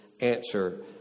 answer